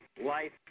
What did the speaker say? Life